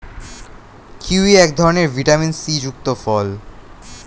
kiwi এক ধরনের vitamin C যুক্ত ফল